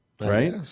right